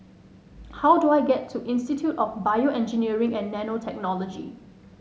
how do I get to Institute of BioEngineering and Nanotechnology